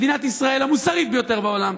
מדינת ישראל, המוסרית ביותר בעולם.